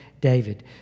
David